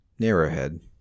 Narrowhead